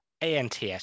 ANTS